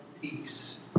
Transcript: peace